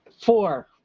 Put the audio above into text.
Four